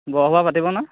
বৰসভা পাতিব না